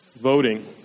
voting